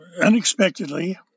unexpectedly